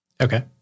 Okay